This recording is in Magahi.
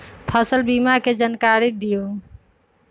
फसल बीमा के जानकारी दिअऊ?